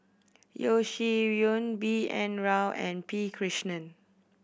Yeo Shih Yun B N Rao and P Krishnan